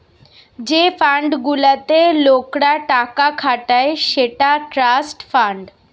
যে ফান্ড গুলাতে লোকরা টাকা খাটায় সেটা ট্রাস্ট ফান্ড